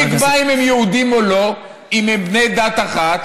מי יקבע אם הם יהודים או לא, אם הם בני דת אחת?